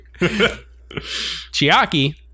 Chiaki